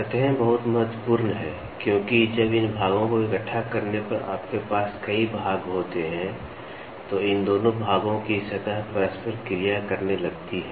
सतहें बहुत महत्वपूर्ण हैं क्योंकि जब इन भागों को इकट्ठा करने पर आपके पास कई भाग होते हैं तो इन दोनों भागों की सतह परस्पर क्रिया करने लगती है